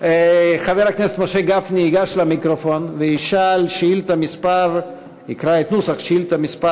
חבר הכנסת משה גפני ייגש למיקרופון ויקרא את נוסח שאילתה מס'